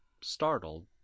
startled